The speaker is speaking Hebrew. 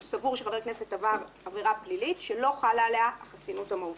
הוא סבור שחבר הכנסת עבר עבירה פלילית שלא חלה עליה החסינות המהותית.